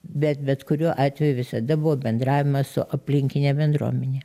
bet bet kuriuo atveju visada buvo bendravimas su aplinkine bendruomene